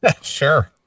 Sure